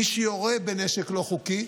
מי שיורה בנשק לא חוקי,